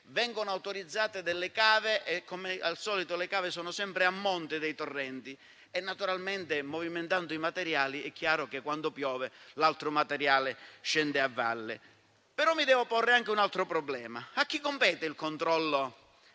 vengono autorizzate delle cave che, come al solito, sono sempre a monte dei torrenti: naturalmente, movimentando i materiali, chiaramente quando piove l'altro materiale scende a valle. Vi devo però porre anche un altro problema: a chi compete il controllo